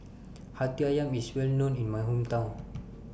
Hati Ayam IS Well known in My Hometown